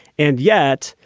and yet,